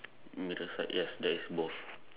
middle side yes there is both